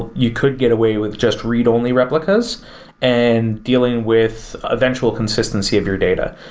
you could get away with just read only replicas and dealing with eventual consistency of your data.